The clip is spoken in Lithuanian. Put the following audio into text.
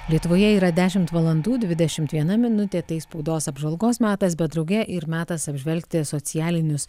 lietuvoje yra dešimt valandų dvidešimt viena minutė tai spaudos apžvalgos metas bet drauge ir metas apžvelgti socialinius